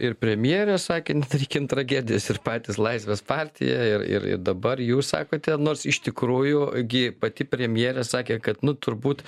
ir premjerė sakė nedarykim tragedijos ir patys laisvės partija ir ir dabar jūs sakote nors iš tikrųjų gi pati premjerė sakė kad nu turbūt